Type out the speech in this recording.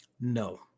no